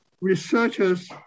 researchers